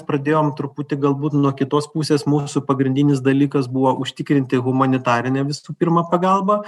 pradėjom truputį galbūt nuo kitos pusės mūsų pagrindinis dalykas buvo užtikrinti humanitarinę visų pirma pagalbą